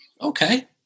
Okay